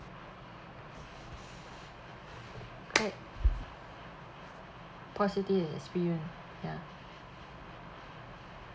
positive experience ya